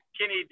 Kenny